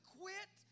quit